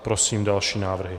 Prosím další návrhy.